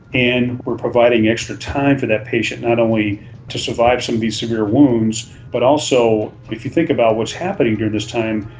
and we are providing extra time for that patient not only to survive some of these severe wounds but also if you think about what's happening during this time,